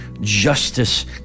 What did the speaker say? justice